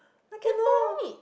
I cannot